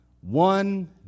one